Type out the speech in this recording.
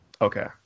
Okay